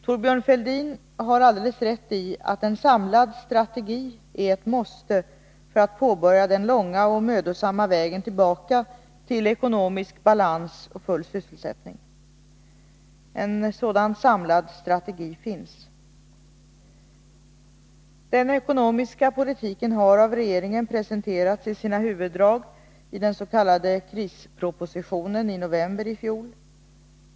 Thorbjörn Fälldin har alldeles rätt iatt en samlad strategi är ett måste för att påbörja den långa och mödosamma vägen tillbaka till ekonomisk balans och full sysselsättning. En sådan samlad strategi finns. Den ekonomiska politiken har av regeringen presenterats i sina huvuddrag i den s.k. krispropositionen i november i fjol.